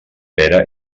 pera